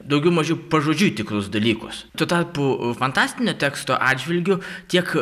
daugiau mažiau pažodžiui tikrus dalykus tuo tarpu fantastinio teksto atžvilgiu tiek